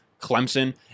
Clemson